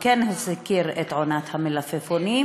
הוא כן הזכיר את עונת המלפפונים,